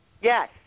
Yes